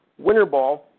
Winterball